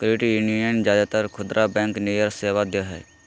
credit union ज्यादातर खुदरा bank नियर सेवा दो हइ